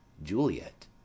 Juliet